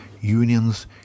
Unions